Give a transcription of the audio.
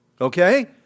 Okay